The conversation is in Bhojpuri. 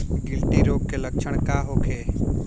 गिल्टी रोग के लक्षण का होखे?